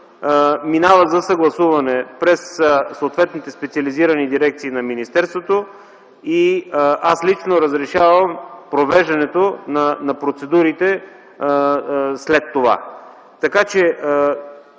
минава за съгласуване през съответните специализирани дирекции на министерството. Аз лично разрешавам провеждането на процедурите след това. В момента